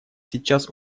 сейчас